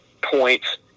points